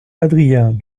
adrien